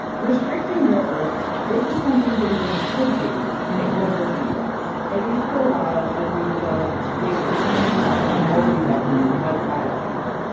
restricting rare earths this is something beijing could do, and it would hurt the u s. at least for a while as we developed ways to mine and process more of these elements outside of china.